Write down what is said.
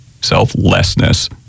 selflessness